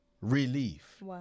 relief